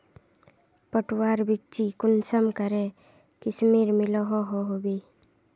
पटवार बिच्ची कुंसम करे किस्मेर मिलोहो होबे?